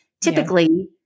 Typically